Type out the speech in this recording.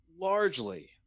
Largely